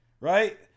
right